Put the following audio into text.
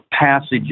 passages